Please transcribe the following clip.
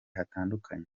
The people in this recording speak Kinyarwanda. hatandukanye